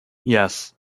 yes